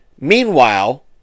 Meanwhile